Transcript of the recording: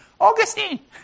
Augustine